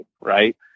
right